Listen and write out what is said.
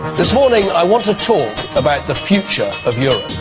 this morning i want to talk about the future of europe.